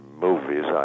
movies